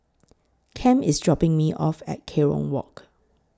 Cam IS dropping Me off At Kerong Walk